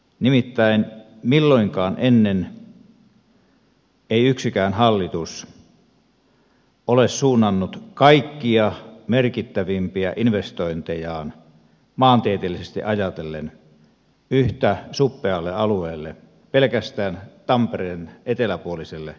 nimittäin milloinkaan ennen ei yksikään hallitus ole suunnannut kaikkia merkittävimpiä investointejaan maantieteellisesti ajatellen yhtä suppealle alueelle pelkästään tampereen eteläpuoliselle alueelle